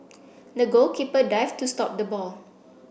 the goalkeeper dived to stop the ball